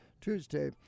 Tuesday